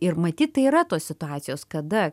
ir matyt tai yra tos situacijos kada